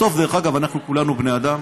בסוף, דרך אגב, אנחנו כולנו בני אדם,